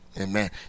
Amen